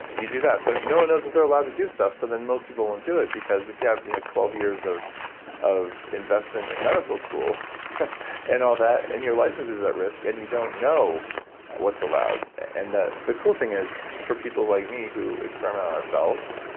you do that. so no one knows if they're allowed to do stuff so then most people won't do it because if you have you know twelve years of of investment in medical school and all that and your license is at risk and you don't know what's allowed. and the the cool thing is for people like me who experiment on ourselves,